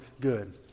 good